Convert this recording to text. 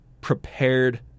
prepared